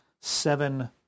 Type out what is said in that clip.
seven